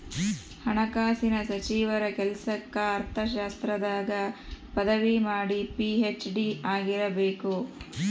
ಹಣಕಾಸಿನ ಸಚಿವರ ಕೆಲ್ಸಕ್ಕ ಅರ್ಥಶಾಸ್ತ್ರದಾಗ ಪದವಿ ಮಾಡಿ ಪಿ.ಹೆಚ್.ಡಿ ಆಗಿರಬೇಕು